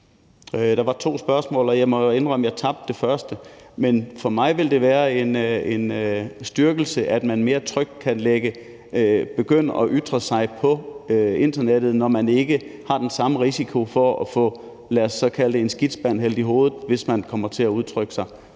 Der var to spørgsmål. Og jeg må indrømme, at jeg tabte det første. Men for mig vil det være en styrkelse, at man mere trygt kan begynde at ytre sig på internettet, når man ikke har den samme risiko for at få, lad os så kalde det en skidtspand hældt i hovedet, hvis man kommer til at udtrykke sig